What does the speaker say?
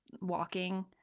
walking